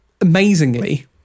amazingly